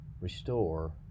restore